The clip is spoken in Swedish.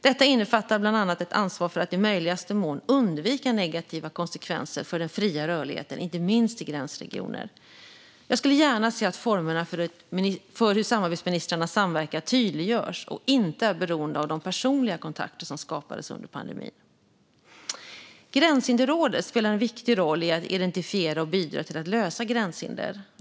Detta innefattar bland annat ett ansvar för att i möjligaste mån undvika negativa konsekvenser för den fria rörligheten, inte minst i gränsregioner. Jag skulle gärna se att formerna för hur samarbetsministrarna samverkar tydliggörs och inte är beroende av de personliga kontakter som skapades under pandemin. Gränshinderrådet spelar en viktig roll i att identifiera och bidra till att lösa gränshinder.